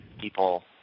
people –